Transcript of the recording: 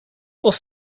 was